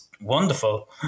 wonderful